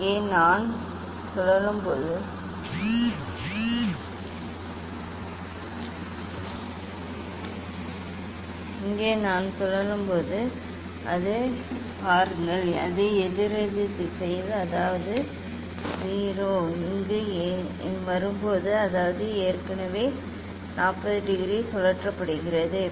இங்கே நான் சுழலும் போது பாருங்கள் அது எதிரெதிர் திசையில் அதாவது 0 இங்கு இங்கு வரும்போது அதாவது இது ஏற்கனவே 40 டிகிரி சுழற்றப்பட்டுள்ளது